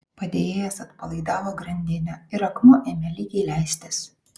padėjėjas atpalaidavo grandinę ir akmuo ėmė lygiai leistis